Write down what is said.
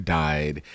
died